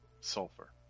sulfur